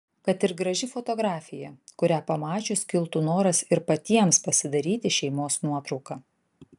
kad ir graži fotografija kurią pamačius kiltų noras ir patiems pasidaryti šeimos nuotrauką